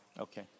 Okay